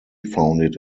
founded